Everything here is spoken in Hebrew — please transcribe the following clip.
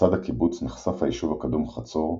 לצד הקיבוץ נחשף היישוב הקדום חצור,